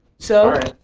so?